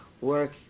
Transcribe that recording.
work